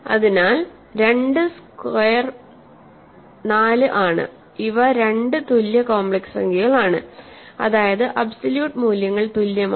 അതിനാൽ 2 സ്ക്വയർ 4 ആണ് ഇവ 2 തുല്യ കോംപ്ലെക്സ് സംഖ്യകളാണ് അതായത് അബ്സോല്യൂട്ട് മൂല്യങ്ങൾ തുല്യമാണ്